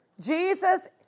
Jesus